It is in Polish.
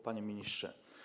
Panie Ministrze!